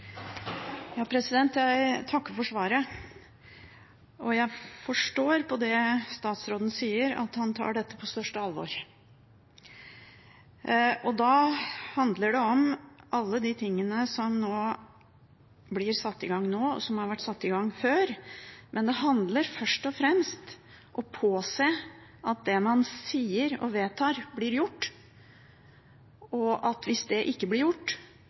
det statsråden sier, at han tar dette på det største alvor. Da handler det om alle de tingene som blir satt i gang nå, og som har vært satt i gang før, men det handler først og fremst om å påse at det man sier og vedtar, blir gjort, og at hvis det ikke blir gjort,